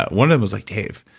one of them was like, dave,